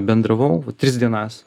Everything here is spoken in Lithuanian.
bendravau tris dienas